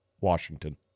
Washington